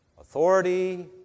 Authority